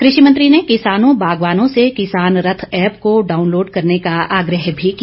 कृषि मंत्री ने किसानों बागवानों से किसान रथ ऐप को डाउनलोड करने का आग्रह भी किया